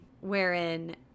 wherein